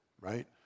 right